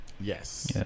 Yes